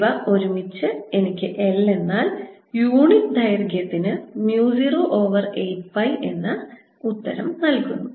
ഇവ ഒരുമിച്ച് എനിക്ക് L എന്നാൽ യൂണിറ്റ് ദൈർഘ്യത്തിന് mu 0 ഓവർ 8പൈ എന്ന നൽകുന്നു